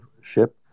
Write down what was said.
ship